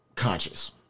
conscious